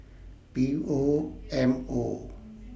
P O M O